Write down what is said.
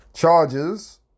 Charges